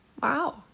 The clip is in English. Wow